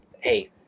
hey